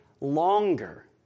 longer